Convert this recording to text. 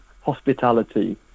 hospitality